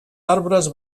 arbres